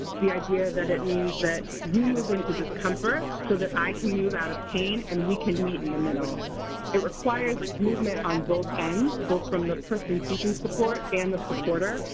the idea that it means that you move into discomfort so that i can move out of pain and we can meet middle it requires movement on both ends, both from the person seeking support and the supporter,